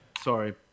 Sorry